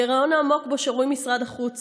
הגירעון העמוק שבו שרוי משרד החוץ